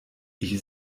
ich